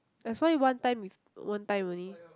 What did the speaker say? that's why one time with one time only